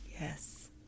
yes